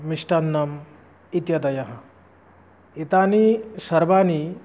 मिष्टान्नम् इत्यादयः एतानि सर्वाणि